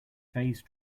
phase